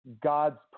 God's